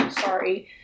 sorry